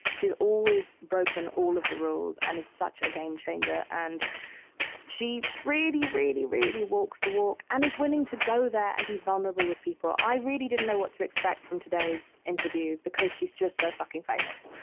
she's always broken all of the rules and is such a game changer. and she really, really, really walks the walk and is willing to go there and be vulnerable with people. i really didn't know what to expect from today's interview because she's just so fucking famous.